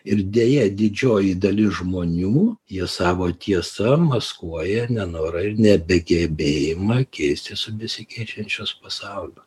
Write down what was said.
ir deja didžioji dalis žmonių jie savo tiesa maskuoja nenorą ir nebegebėjimą keistis su besikeičiančios pasauliu